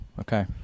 okay